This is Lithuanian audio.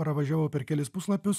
pravažiavau per kelis puslapius